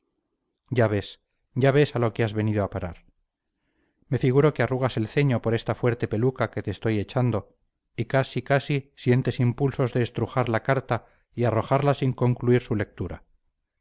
ya ves ya ves a lo que has venido a parar me figuro que arrugas el ceño por esta fuerte peluca que te estoy echando y casi casi sientes impulsos de estrujar la carta y arrojarla sin concluir su lectura